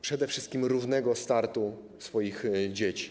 Przede wszystkim równego startu swoich dzieci.